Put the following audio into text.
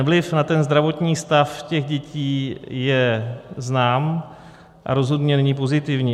Vliv na zdravotní stav těch dětí je znám a rozhodně není pozitivní.